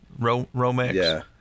Romex